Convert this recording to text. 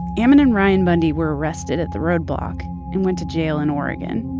ammon and ryan bundy were arrested at the roadblock and went to jail in oregon